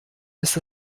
ist